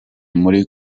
muri